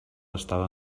estava